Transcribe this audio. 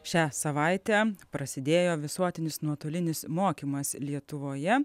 šią savaitę prasidėjo visuotinis nuotolinis mokymas lietuvoje